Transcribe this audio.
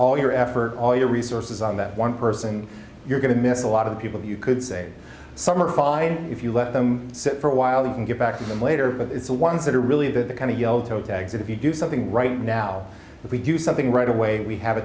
all your effort all your resources on that one person you're going to miss a lot of people you could say some are fine if you let them sit for a while you can get back to them later but it's the ones that are really the kind of yellow tags if you do something right now if we do something right away we have a